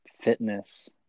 fitness